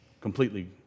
completely